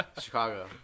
Chicago